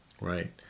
right